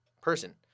person